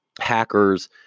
hackers